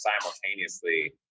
simultaneously